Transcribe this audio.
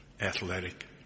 athletic